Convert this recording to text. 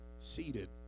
seated